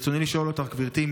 ברצוני לשאול אותך, גברתי: